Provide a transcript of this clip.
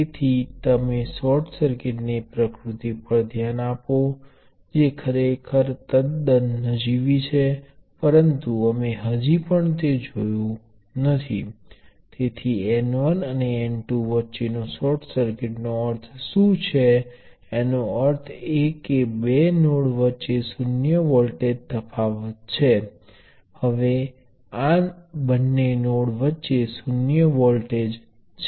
તેથી જો તમારી પાસે વોલ્ટેજ સ્ત્રોતોનું સિરીઝ કનેક્શન છે તો અમને એક વોલ્ટેજ સ્ત્રોત મળે છે જેનું મૂલ્ય શ્રેણીના વ્યક્તિગત સ્રોતોનો સરવાળો છે